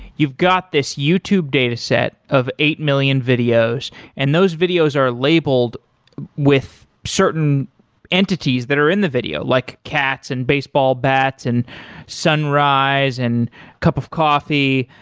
you've got this youtube dataset of eight million videos and those videos are labeled with certain entities that are in the video, like cats and baseball bats and sunrise and a cup of coffee,